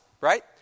right